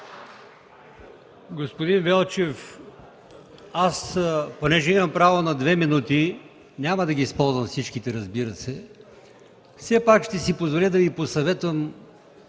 Господин Велчев, имам право на две минути, но няма да ги използвам всичките, разбира се. Все пак ще си позволя да Ви посъветвам